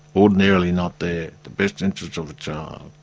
ordinarily not there, the best interests of the child.